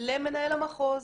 למנהל המחוז,